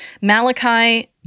Malachi